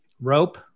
Rope